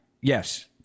yes